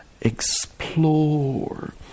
explore